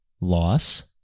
loss